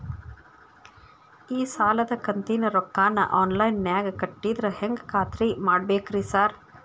ಈ ಸಾಲದ ಕಂತಿನ ರೊಕ್ಕನಾ ಆನ್ಲೈನ್ ನಾಗ ಕಟ್ಟಿದ್ರ ಹೆಂಗ್ ಖಾತ್ರಿ ಮಾಡ್ಬೇಕ್ರಿ ಸಾರ್?